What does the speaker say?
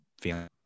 feeling